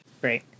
great